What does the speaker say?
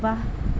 ৱাহ